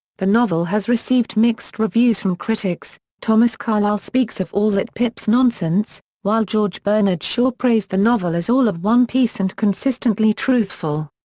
the novel has received mixed reviews from critics thomas carlyle speaks of all that pip's nonsense, while george bernard shaw praised the novel as all of one piece and consistently truthfull.